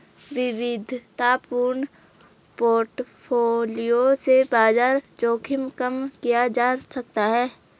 विविधतापूर्ण पोर्टफोलियो से बाजार जोखिम कम किया जा सकता है